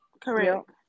correct